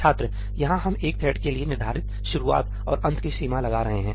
छात्र यहां हम एक थ्रेड के लिए निर्धारित शुरुआत और अंत की सीमा लगा रहे हैं